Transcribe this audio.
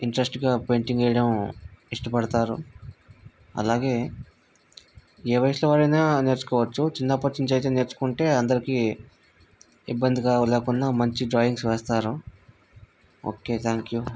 ఇంట్రెస్ట్గా పెయింటింగ్ వేయడం ఇష్టపడతారు అలాగే ఏ వయసులో వారైనా నేర్చుకోవచ్చు చిన్నప్పటి నుంచి అయితే నేర్చుకుంటే అందరికి ఇబ్బందిగా లేకుండా మంచి డ్రాయింగ్స్ వేస్తారు ఓకే థ్యాంక్ యూ